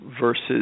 versus